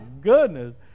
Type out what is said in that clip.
goodness